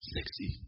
Sexy